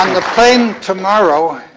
um the plane tomorrow,